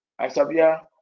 Asabia